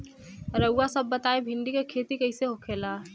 रउआ सभ बताई भिंडी क खेती कईसे होखेला?